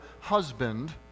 husband